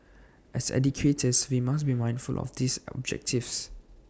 as educators we must be mindful of these objectives